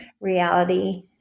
reality